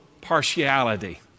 partiality